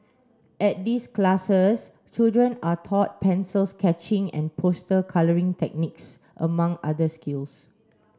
at these classes children are taught pencil sketching and poster colouring techniques among other skills